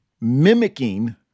mimicking